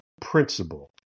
principle